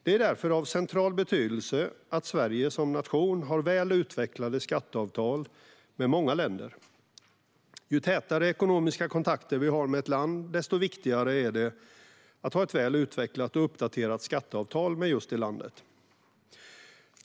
Det är därför av central betydelse att Sverige som nation har väl utvecklade skatteavtal med många länder. Ju tätare ekonomiska kontakter vi har med ett land, desto viktigare blir det att ha ett väl utvecklat och uppdaterat skatteavtal med det landet.